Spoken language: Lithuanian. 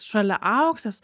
šalia auksės